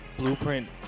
blueprint